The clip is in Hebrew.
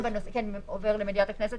עובר למליאת הכנסת